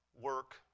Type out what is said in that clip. work